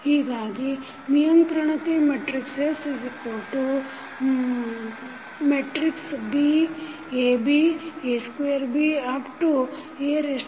ಹೀಗಾಗಿ ನಿಯಂತ್ರಣತೆ matrix SBABA2BAn 1B